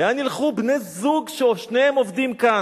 לאן ילכו בני-זוג ששניהם עובדים כאן?